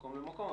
ממקום למקום,